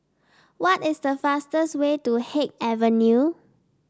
what is the fastest way to Haig Avenue